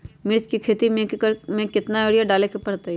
मिर्च के खेती में एक एकर में कितना यूरिया डाले के परतई?